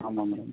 ஆமாம் மேடம்